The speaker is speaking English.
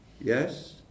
Yes